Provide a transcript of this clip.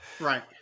Right